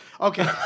Okay